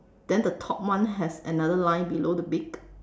then the top one has another line below the beak